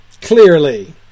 clearly